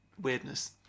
weirdness